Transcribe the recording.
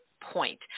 point